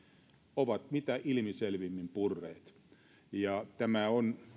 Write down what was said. ovat mitä ilmiselvimmin purreet tämä on